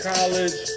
College